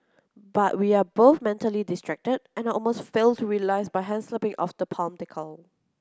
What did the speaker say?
but we are both mentally distracted and I almost fail to realise my hand slipping off the palm decal